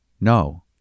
No